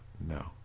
No